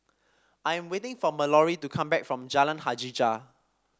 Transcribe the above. I am waiting for Malorie to come back from Jalan Hajijah